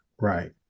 right